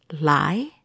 Lie